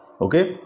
okay